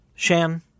Shan